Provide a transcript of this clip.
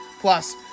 Plus